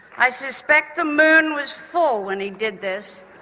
i suspect the moon was full when he did this,